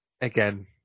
again